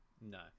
No